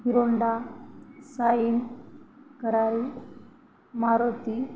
hero Honda sign करारी मारुती